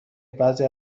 بعضی